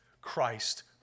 Christ